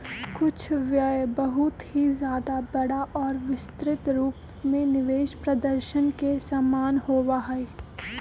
कुछ व्यय बहुत ही ज्यादा बड़ा और विस्तृत रूप में निवेश प्रदर्शन के समान होबा हई